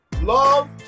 Love